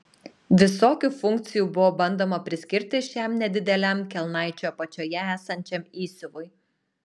visokių funkcijų buvo bandoma priskirti šiam nedideliam kelnaičių apačioje esančiam įsiuvui